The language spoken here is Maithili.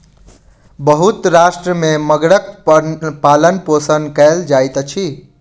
बहुत राष्ट्र में मगरक पालनपोषण कयल जाइत अछि